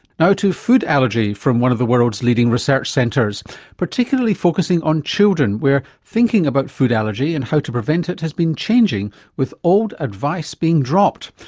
to food allergy from one of the world's leading research centres particularly focusing on children, where thinking about food allergy and how to prevent it has been changing with old advice being dropped.